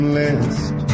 list